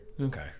Okay